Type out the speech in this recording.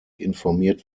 informiert